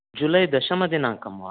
जुलै दशमदिनाङ्कं वा